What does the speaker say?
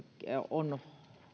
on